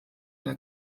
der